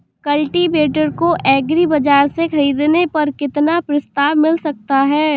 Cultivator को agri बाजार से ख़रीदने पर कितना प्रस्ताव मिल सकता है?